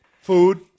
Food